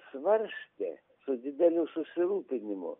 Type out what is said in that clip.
svarstė su dideliu susirūpinimu